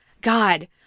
God